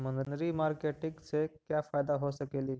मनरी मारकेटिग से क्या फायदा हो सकेली?